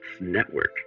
Network